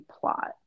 plot